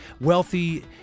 wealthy